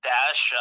Dash